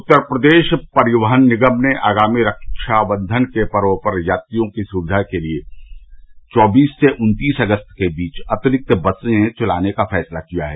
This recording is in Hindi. उत्तर प्रदेश परिवहन निगम ने आगामी रक्षा बंधन के पर्व पर यात्रियों की सुक्विया के लिए चौबीस से उन्तीस अगस्त के बीच अतिरिक्त बसे चलाने का फैसला किया है